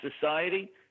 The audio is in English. society